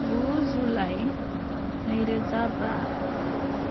गु जुलाइ नैरोजा बा